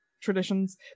traditions